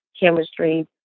Chemistry